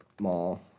mall